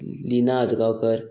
Leena Ajgaonkar